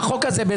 והחוק הזה יעבור,